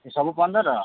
ସେ ସବୁ ପନ୍ଦର